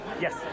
Yes